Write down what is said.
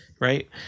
right